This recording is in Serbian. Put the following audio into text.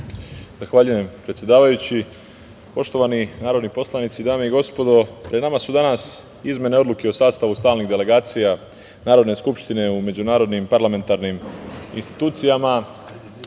Zahvaljujem predsedavajući. Poštovani narodni poslanici, dame i gospodo, pred nama su danas izmene odluke o sastavu stalnih delegacija Narodne skupštine u međunarodnim parlamentarnim institucijama.